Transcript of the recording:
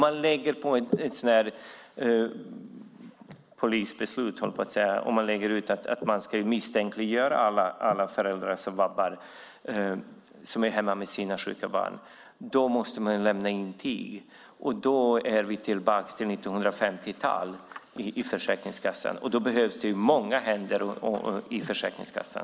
Men det här går ut på att misstänkliggöra alla föräldrar som vabbar och är hemma med sina sjuka barn. De måste lämna intyg. Då är vi tillbaka till 1950-talet, och då behövs det många händer i Försäkringskassan.